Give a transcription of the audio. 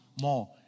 more